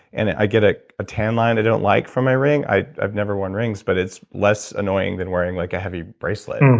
and i get ah a tan line i don't like from my ring. i've never worn rings, but it's less annoying than wearing like, a heavy bracelet.